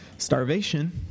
starvation